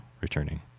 Returning